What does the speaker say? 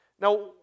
Now